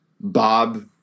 Bob